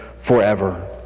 forever